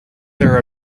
their